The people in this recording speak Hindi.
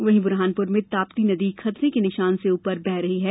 वहीं बुरहानपुर में ताप्ती नदी खतरे के निशान से ऊपर बह रही है